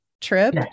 trip